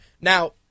Now